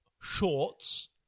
shorts